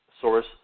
source